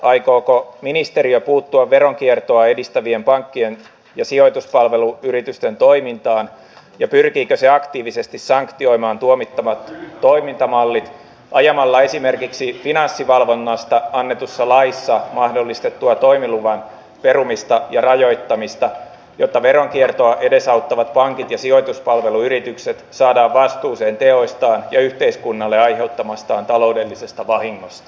aikooko ministeriö puuttua veronkiertoa edistävien pankkien ja sijoituspalveluyritysten toimintaan ja pyrkiikö se aktiivisesti sanktioimaan tuomittavat toimintamallit ajamalla esimerkiksi finanssivalvonnasta annetussa laissa mahdollistettua toimiluvan perumista ja rajoittamista jotta veronkiertoa edesauttavat pankit ja sijoituspalveluyritykset saadaan vastuuseen teoistaan ja yhteiskunnalle aiheuttamastaan taloudellisesta vahingosta